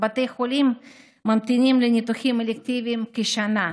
בבתי חולים ממתינים לניתוחים אלקטיביים כשנה,